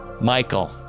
Michael